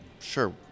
Sure